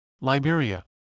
Liberia